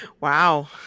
Wow